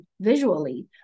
visually